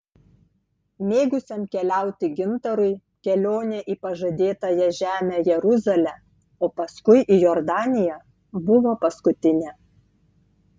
mėgusiam keliauti gintarui kelionė į pažadėtąją žemę jeruzalę o paskui į jordaniją buvo paskutinė